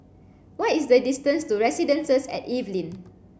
what is the distance to Residences at Evelyn